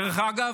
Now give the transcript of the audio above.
דרך אגב,